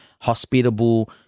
hospitable